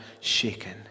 shaken